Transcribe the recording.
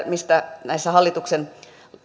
mistä näissä hallituksen